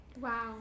Wow